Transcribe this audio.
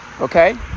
okay